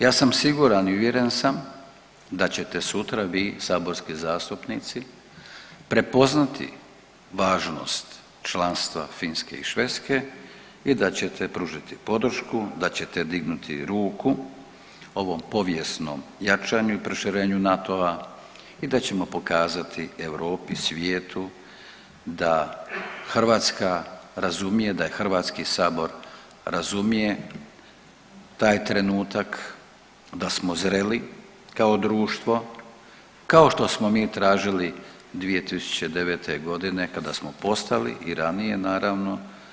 Ja sam siguran i uvjeren sam da ćete sutra vi saborski zastupnici prepoznati važnost članstva Finske i Švedske i da ćete pružiti podršku, da ćete dignuti ruku ovom povijesnom jačanju i proširenju NATO-a i da ćemo pokazati Europi i svijetu da Hrvatska razumije, da je Hrvatski sabor razumije taj trenutak da smo zreli kao društvo kao što smo mi tražili 2009. godine kada smo postali i ranije naravno.